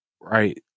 right